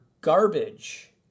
garbage